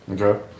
Okay